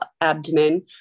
abdomen